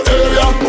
area